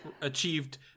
achieved